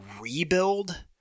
rebuild